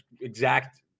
Exact